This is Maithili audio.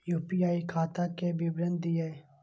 यू.पी.आई खाता के विवरण दिअ?